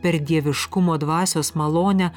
per dieviškumo dvasios malonę